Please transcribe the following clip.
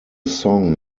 song